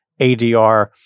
ADR